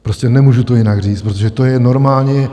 Prostě nemůžu to jinak říct, protože to je normálně...